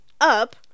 up